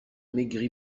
maigri